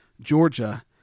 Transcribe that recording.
Georgia